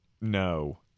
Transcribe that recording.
no